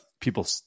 people